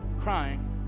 crying